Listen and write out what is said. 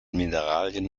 mineralien